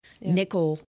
nickel